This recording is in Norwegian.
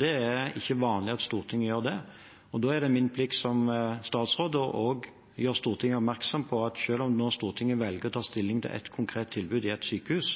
Det er ikke vanlig at Stortinget gjør det. Da er det min plikt som statsråd å gjøre Stortinget oppmerksom på at selv om Stortinget velger å ta stilling til ett konkret tilbud ved et sykehus,